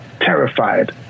terrified